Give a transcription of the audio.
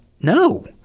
no